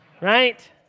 right